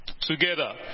together